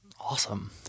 Awesome